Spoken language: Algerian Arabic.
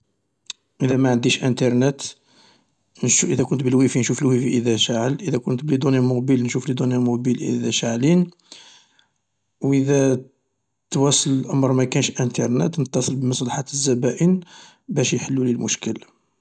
اذا معنديش انترنت، اذا كنت بالويفي اذا شاعل، اذا كنت بليدوني موبيل نشوف ليذوني موبيل اذا شاعلين، و اذا تواصل الامر مكانش انترنت نتصل بمصلحة الزبائن باش يحلولي المشكل.